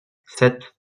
sept